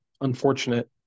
unfortunate